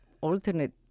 alternate